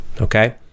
okay